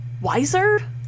wiser